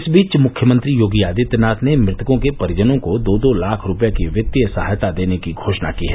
इस बीच मुख्यमंत्री योगी आदित्यनाथ ने मृतकों के परिजनों को दो दो लाख रूपये की वित्तीय सहायता देने की घोषणा की है